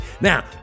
Now